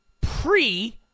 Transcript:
pre